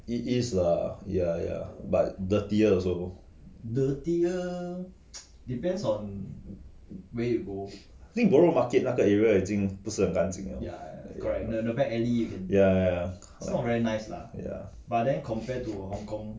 it is lah ya ya but dirtier also think borough market 那个 area 已经不是很干净了:yijing bu shi hen gan jing le ya ya ya